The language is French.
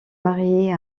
mariée